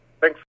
thanks